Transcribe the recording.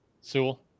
Sewell